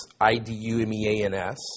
I-D-U-M-E-A-N-S